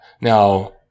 now